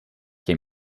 che